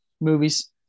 Movies